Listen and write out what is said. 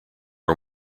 are